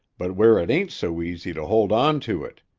but where it ain't so easy to hold on to it.